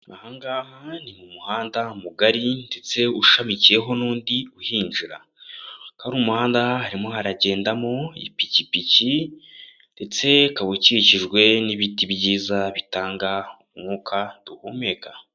Ahangaha ni mu muhanda mugari ndetse ushamikiyeho n'undi uhinjira. Kuri uwo muhanda harimo haragendamo ipikipiki ndetse ukaba ukikijwe n'ibiti byiza bitanga umwuka duhumeka.